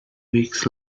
weeks